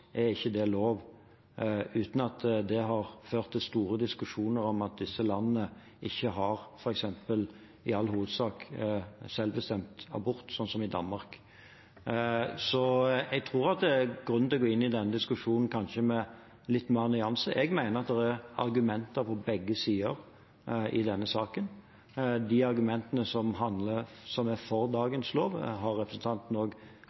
er ikke det lov, uten at det har ført til store diskusjoner om at disse landene ikke har – i all hovedsak – f.eks. selvbestemt abort, som i Danmark. Så jeg tror det er grunn til å gå inn i denne diskusjonen med kanskje litt flere nyanser. Jeg mener at det er argumenter på begge sider i denne saken. De argumentene som man kommer med for